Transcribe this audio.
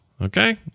okay